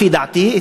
לפי דעתי,